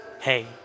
hey